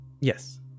Yes